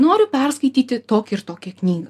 noriu perskaityti tokį ir tokią knygą